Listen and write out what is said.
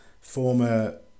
former